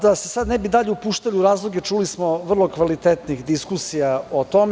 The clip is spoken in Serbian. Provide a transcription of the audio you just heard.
Da se sada ne bismo dalje upuštali u razloge, čuli smo vrlo kvalitetne diskusije o tome.